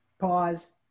pause